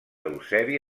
eusebi